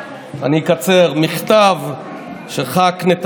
אני מכיר את עבודתי.